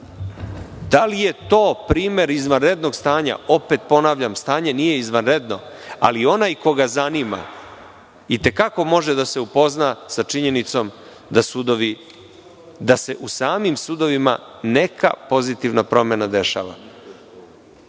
li je to primer izvanrednog stanja? Opet ponavljam stanje nije izvanredno, ali onaj koga zanima i te kako može da se upozna sa činjenicom da se u samim sudovima neka pozitivna promena dešava,